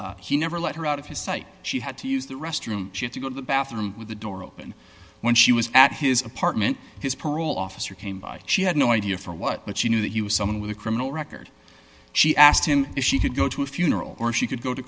neck he never let her out of his sight she had to use the restroom she had to go to the bathroom with the door open when she was at his apartment his parole officer came by she had no idea for what but she knew that he was someone with a criminal record she asked him if she could go to a funeral or she could go to